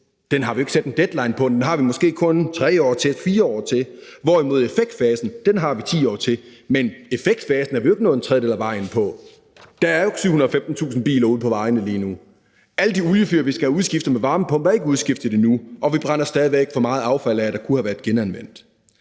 Vi har ikke sat en deadline på den, men vi har måske kun 3 eller 4 år til, hvorimod effektfasen har vi 10 år til, men effektfasen er vi ikke nået en tredjedel af vejen med, for der er jo ikke 715.000 biler ude på vejene lige nu, og alle de oliefyr, vi skal have udskiftet med varmepumper, er ikke udskiftet endnu, og vi brænder stadig for meget affald af, der kunne have været genanvendt.